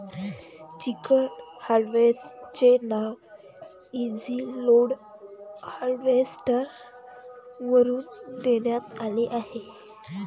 chicken harvester चे नाव Easyload harvester वरून देण्यात आले आहे